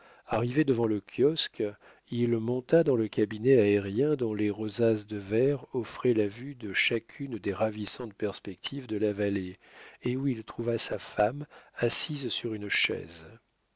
arrivé devant le kiosque il monta dans le cabinet aérien dont les rosaces de verre offraient la vue de chacune des ravissantes perspectives de la vallée et où il trouva sa femme assise sur une chaise